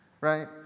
right